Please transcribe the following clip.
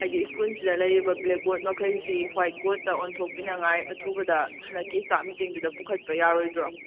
ꯍꯥꯏꯗꯤ ꯁ꯭ꯀꯨꯜꯁꯤꯗ ꯂꯩꯔꯤꯕ ꯕ꯭ꯂꯦꯛ ꯕꯣꯔꯗ ꯃꯈꯩꯁꯤ ꯍ꯭ꯋꯥꯏꯠ ꯕꯣꯔꯗꯇ ꯑꯣꯟꯊꯣꯛꯄꯤꯅꯤꯉꯥꯏ ꯑꯊꯨꯕꯗ ꯍꯟꯗꯛꯀꯤ ꯁ꯭ꯇꯥꯐ ꯃꯤꯇꯤꯡꯗꯨꯗ ꯄꯨꯈꯠꯄ ꯌꯥꯔꯣꯏꯗ꯭ꯔꯣ